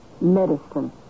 medicine